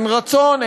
אין רצון,